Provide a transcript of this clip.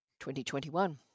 2021